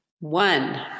one